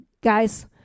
Guys